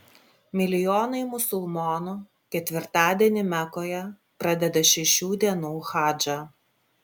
milijonai musulmonų ketvirtadienį mekoje pradeda šešių dienų hadžą